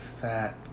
fat